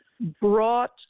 brought